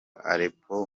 aleppo